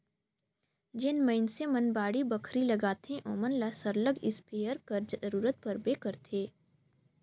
जेन मइनसे मन बाड़ी बखरी लगाथें ओमन ल सरलग इस्पेयर कर जरूरत परबे करथे